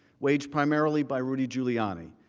waits primarily by rudy giuliani.